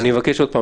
אני מבקש שוב,